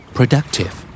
Productive